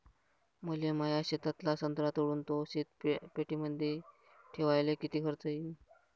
मले माया शेतातला संत्रा तोडून तो शीतपेटीमंदी ठेवायले किती खर्च येईन?